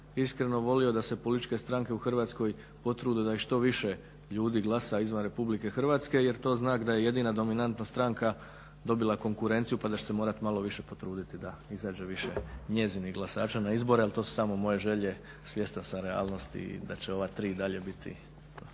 iskreno volio da se političke stranke u Hrvatskoj potrude da i što više ljudi glasa izvan RH jer je to znak da je jedina dominantna stranka dobila konkurenciju pa da će se morat malo više potruditi da izađe više njezinih glasača na izbore, al to su samo moje želje, svjestan sam realnosti i da će ova tri i dalje biti.